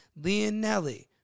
Leonelli